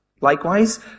Likewise